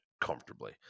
comfortably